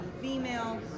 female